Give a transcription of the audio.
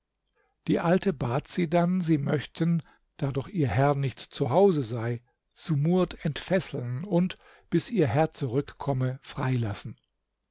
die alte bat sie dann sie möchten da doch ihr herr nicht zu hause sei sumurd entfesseln und bis ihr herr zurückkomme freilassen